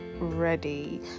ready